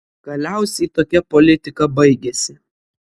galiausiai tokia politika baigėsi